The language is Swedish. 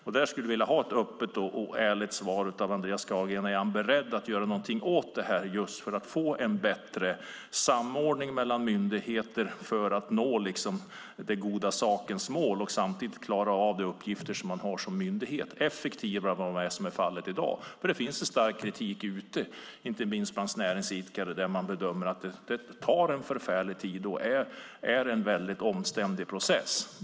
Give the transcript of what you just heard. Därför skulle jag vilja ha ett öppet och ärligt svar av Andreas Carlgren på frågan om han är beredd att göra något åt det här för att få en bättre samordning mellan myndigheter för att nå den goda sakens mål och samtidigt klara av de uppgifter som de har som myndigheter effektivare än vad som är fallet i dag. Det finns nämligen en stark kritik ute, inte minst bland näringsidkare, mot att det tar en förfärlig tid och är en väldigt omständlig process.